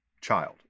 child